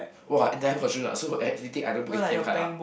!wah! that version lah so everything I don't put A_T_M card ah